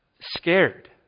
scared